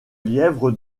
lièvre